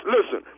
Listen